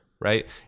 right